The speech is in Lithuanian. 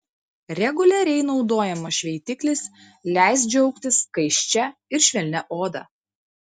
reguliariai naudojamas šveitiklis leis džiaugtis skaisčia ir švelnia oda